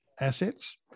assets